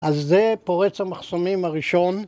‫אז זה פורץ המחסומים הראשון.